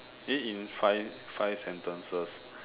eh in five five sentences